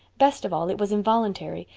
best of all, it was involuntary,